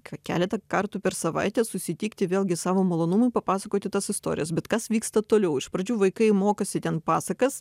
kad keletą kartų per savaitę susitikti vėlgi savo malonumui papasakoti tas istorijas bet kas vyksta toliau iš pradžių vaikai mokosi ten pasakas